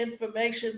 information